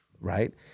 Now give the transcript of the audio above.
right